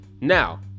Now